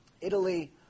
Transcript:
Italy